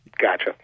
Gotcha